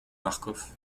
marcof